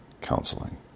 counseling